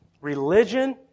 Religion